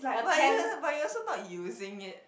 but you but you also not using it